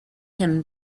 him